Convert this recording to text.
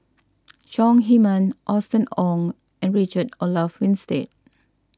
Chong Heman Austen Ong and Richard Olaf Winstedt